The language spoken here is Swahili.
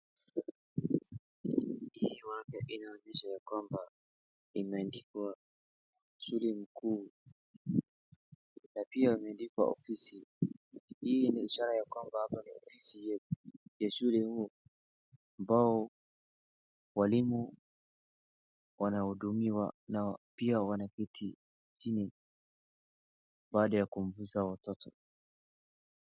Hii apa inaonyesha yakwamba imeandikwa shule ni kuu, na pia imeandikwa ofisi. Hii ni ishira ya kwamba hapa ni ofisi ya shule huu ambao walimu wanahudumiwa na pia wanaketi chini baada ya kumfunza watoto.